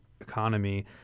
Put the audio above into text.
economy